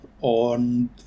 on